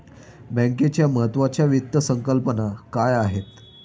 बँकिंगच्या महत्त्वाच्या वित्त संकल्पना काय आहेत?